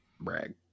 brag